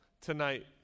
tonight